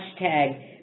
hashtag